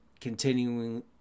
continuing